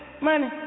money